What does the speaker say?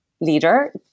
leader